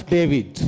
David